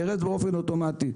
ירד באופן אוטומטי.